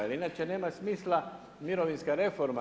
Jer inače nema smisla mirovinska reforma.